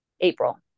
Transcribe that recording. April